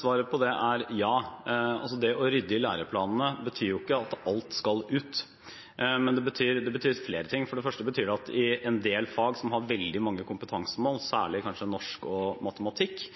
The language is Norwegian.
Svaret på det er ja. Det å rydde i læreplanene betyr jo ikke at alt skal ut, men det betyr flere ting. For det første betyr det at en del fag som har veldig mange kompetansemål, kanskje særlig norsk og matematikk,